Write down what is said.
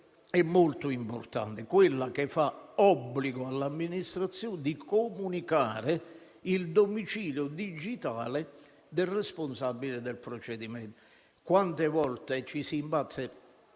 è molto importante, ovvero quella che fa obbligo all'amministrazione di comunicare il domicilio digitale del responsabile del procedimento. Sono tante le volte che ci si imbatte